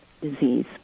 disease